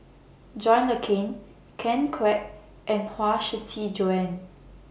John Le Cain Ken Kwek and Huang Shiqi Joan